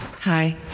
Hi